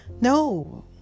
no